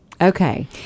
Okay